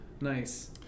Nice